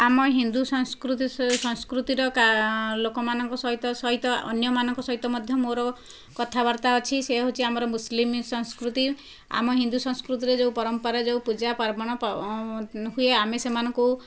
ଆମ ହିନ୍ଦୁ ସଂସ୍କୃତିର ଲୋକମାନଙ୍କର ସହିତ ସହିତ ଅନ୍ୟମାନଙ୍କ ସହିତ ମଧ୍ୟ ମୋର କଥାବାର୍ତ୍ତା ଅଛି ସେ ହେଉଛି ଆମର ମୁସିଲିମ ସଂସ୍କୃତି ଆମ ହିନ୍ଦୁ ସଂସ୍କୃତିରେ ଯେଉଁ ପରମ୍ପରା ଯେଉଁ ପୂଜା ପାର୍ବଣ ହୁଏ ଆମେ ସେମାନଙ୍କୁ